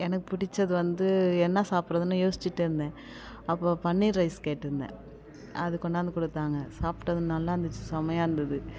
எனக்குப் பிடிச்சது வந்து என்ன சாப்பிட்றதுனு யோசிச்சுட்டு இருந்தேன் அப்போ பனீர் ரைஸ் கேட்டிருந்தேன் அது கொண்டாந்து கொடுத்தாங்க சாப்பிட்டது நல்லாயிருந்திச்சி செமயாக இருந்தது